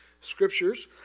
scriptures